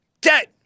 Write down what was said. dead